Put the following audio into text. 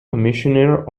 commissioner